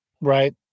Right